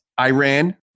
Iran